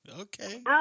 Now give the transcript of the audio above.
Okay